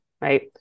right